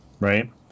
Right